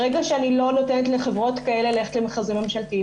ברגע שאני לא נותנת לחברות כאלה לגשת למרכזים ממשלתיים,